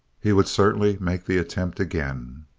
he would certainly make the attempt again.